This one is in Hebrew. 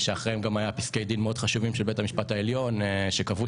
שאחריהן באו פסקי-דין חשובים של בית המשפט העליון שקבעו